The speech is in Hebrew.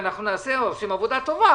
ואנחנו כאילו עושים להם טובה.